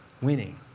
winning